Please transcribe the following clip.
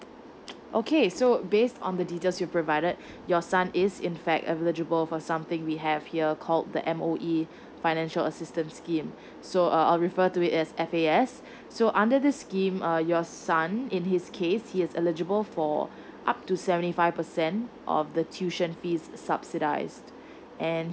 okay so based on the details you provided your son is in fact eligible for something we have here called the M_O_E financial assistance scheme so I'll refer to it as F_A_S so under this scheme uh your son in his case he is eligible for up to seventy five percent of the tuition fees subsidised and